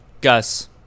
Gus